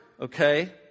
okay